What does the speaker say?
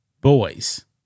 boys